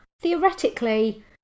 Theoretically